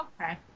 Okay